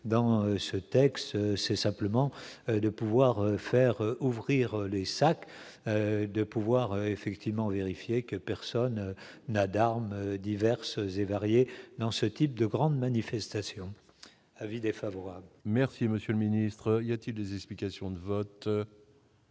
dans ce texte, c'est simplement de pouvoir faire ouvrir les sacs de pouvoir effectivement vérifié que personne n'a d'armes diverses et variées dans ce type de grandes manifestations avis défavorable. Merci monsieur le ministre, il y a-t-il des explications de vote.